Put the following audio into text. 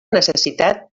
necessitat